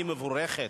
היא מבורכת.